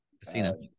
Casino